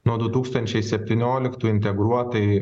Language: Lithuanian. nuo du tūkstančiai septynioliktų integruotai